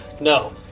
No